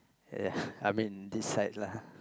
yes I mean this side lah